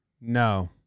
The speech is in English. No